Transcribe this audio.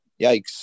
Yikes